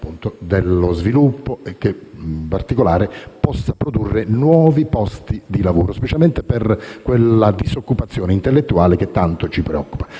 per lo sviluppo e può produrre nuovi posti di lavoro, specialmente per quella disoccupazione intellettuale che tanto ci preoccupa.